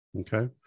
Okay